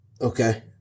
Okay